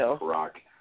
rock